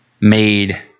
made